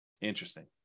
Interesting